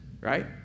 right